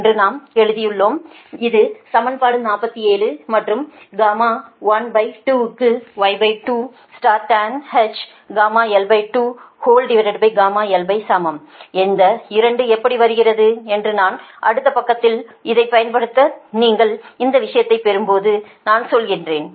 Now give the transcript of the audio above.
என்று நாம் எழுதலாம் இது சமன்பாடு 47 மற்றும் Y12 க்கு Y2 tanh γl2 2l2சமம் இந்த 2 எப்படி வருகிறது என்று நான் அடுத்த பக்கத்தில் இதைப் பயன்படுத்தி நீங்கள் இந்த விஷயத்தைப் பெறும்போது நான் சொல்கிறேன்